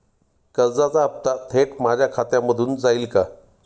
कर्जाचा हप्ता थेट माझ्या खात्यामधून जाईल का?